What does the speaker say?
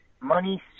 money